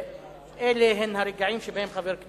אלה הם הרגעים שבהם חברי